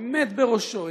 העומד בראשו,